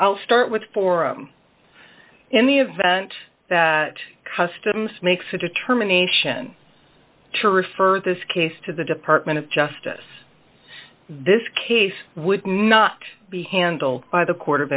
i'll start with for in the event that customs makes a determination to refer this case to the department of justice this case would not be handled by the court of